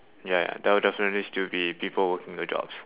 ya there'll definitely still be people working the jobs